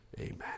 Amen